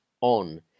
on